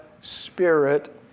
Spirit